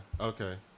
Okay